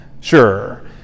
sure